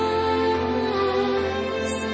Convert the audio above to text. eyes